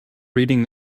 reading